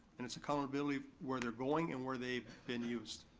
and it's accountability where they're going and where they've been used.